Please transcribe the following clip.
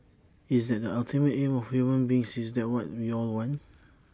is that the ultimate aim of human beings is that what we all want